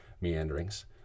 meanderings